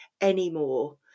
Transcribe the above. anymore